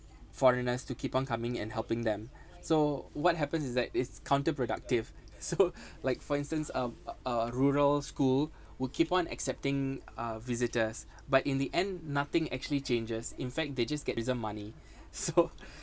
foreigners to keep on coming and helping them so what happens is that it's counterproductive so like for instance a a rural school will keep on accepting uh visitors but in the end nothing actually changes in fact they just get some money so